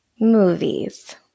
Movies